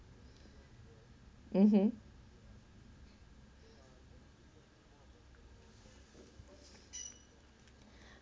mmhmm